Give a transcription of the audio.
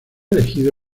elegido